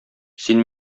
син